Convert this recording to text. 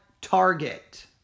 target